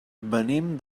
venim